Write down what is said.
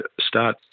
start